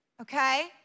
okay